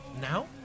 Now